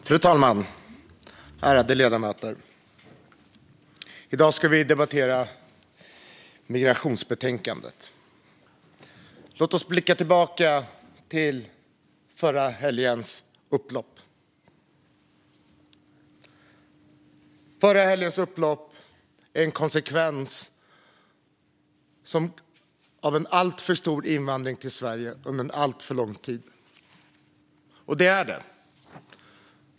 Fru talman och ärade ledamöter! I dag ska vi debattera migrationsbetänkandet. Låt oss blicka tillbaka till förra helgens upplopp. Förra helgens upplopp är en konsekvens av en alltför stor invandring till Sverige under en alltför lång tid. Så är det.